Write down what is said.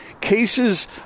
cases